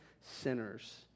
sinners